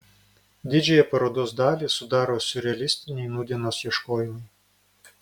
didžiąją parodos dalį sudaro siurrealistiniai nūdienos ieškojimai